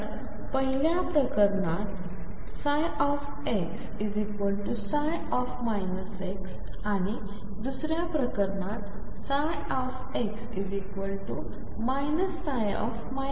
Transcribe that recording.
तर पहिल्या प्रकरणात x आणि दुसऱ्या प्रकरणात x